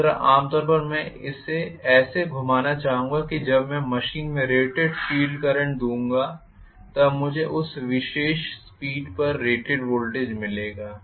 इसी तरह आम तौर पर मैं इसे ऐसे में घुमाना चाहूंगा कि जब मैं मशीन में रेटेड फील्ड करंट दूँगा तब मुझे उस विशेष स्पीड पर रेटेड वोल्टेज मिलेगा